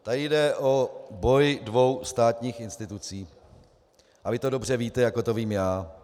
Tady jde o boj dvou státních institucí a vy to dobře víte, jako to vím já.